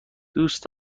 دوست